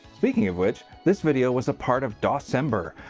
speaking of which, this video was a part of doscember,